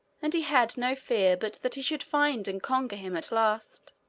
and he had no fear but that he should find and conquer him at last.